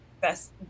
best